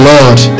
Lord